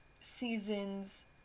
seasons